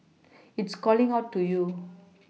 it's calling out to you